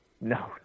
No